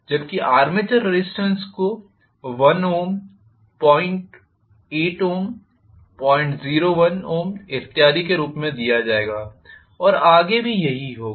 जबकि armature resistance को 1 ohm 08 ohm 001 इत्यादि के रूप में दिया जाएगा और आगे भी यही होगा